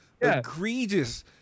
egregious